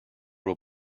will